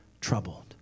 troubled